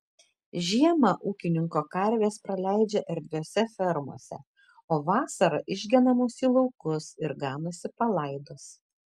žiemą ūkininko karvės praleidžia erdviose fermose o vasarą išgenamos į laukus ir ganosi palaidos